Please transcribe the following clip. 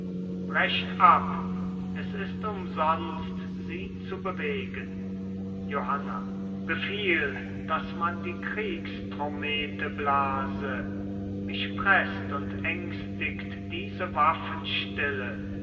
brecht ab es ist umsonst sie zu bewegen johanna befiehl daß man die kriegstrommete blase mich preßt und ängstigt diese